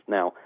Now